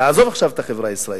תעזוב עכשיו את החברה הישראלית.